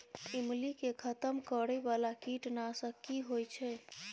ईमली के खतम करैय बाला कीट नासक की होय छै?